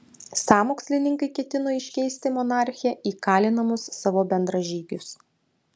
sąmokslininkai ketino iškeisti monarchę į kalinamus savo bendražygius